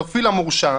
הפדופיל המורשע,